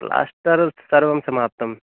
plaster सर्वं समाप्तम्